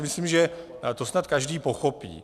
Myslím si, že to snad každý pochopí.